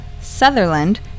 Sutherland